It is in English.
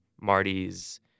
Marty's